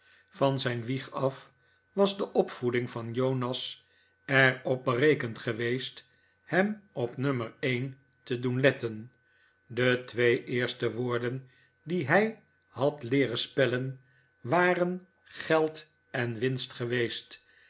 van zijn wieg af was de opvoeding van jonas er op berekend geweest hem op nummer een te doen letten de twee eerste woorden die hij had leeren spellen waren geld en winst geweest